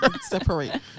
Separate